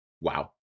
Wow